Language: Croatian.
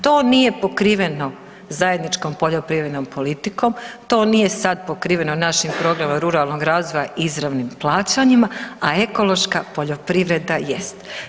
To nije pokriveno zajedničkom poljoprivrednom politikom, to nije sa pokriveno našim programom ruralnog razvoja i izravnim plaćanjima, a ekološka poljoprivreda jest.